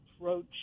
approach